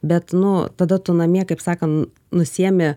bet nu tada tu namie kaip sakan nusiėmi